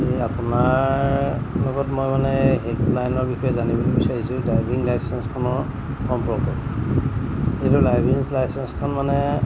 এই আপোনাৰ লগত মই মানে হেল্পলাইনৰ বিষয়ে জানিবলৈ বিচাৰিছোঁ ড্ৰাইভিং লাইচেন্সখনৰ সম্পৰ্কত এইটো ড্ৰাইভিং লাইচেন্সখন মানে